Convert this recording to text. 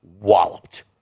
walloped